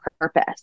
purpose